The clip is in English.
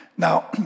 Now